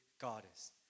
goddess